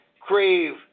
crave